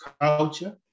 culture